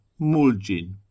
Mulgin